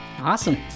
Awesome